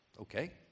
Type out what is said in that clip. Okay